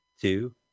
two